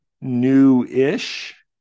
new-ish